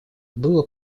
было